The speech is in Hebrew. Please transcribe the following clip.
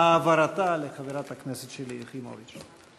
העברתה לחברת הכנסת שלי יחימוביץ.